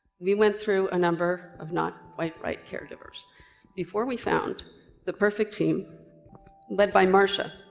we went through a number of not-quite-right caregivers before we found the perfect team led by marsha,